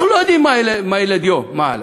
אנחנו לא יודעים מה ילד יום, מה הלאה.